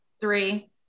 Three